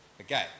Okay